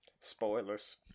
spoilers